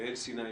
יעל סיני,